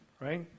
right